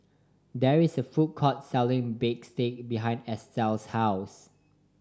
there is a food court selling bistake behind Estell's house